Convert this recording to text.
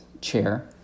chair